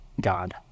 God